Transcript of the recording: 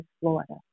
Florida